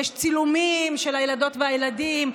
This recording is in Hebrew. יש צילומים של הילדות והילדים,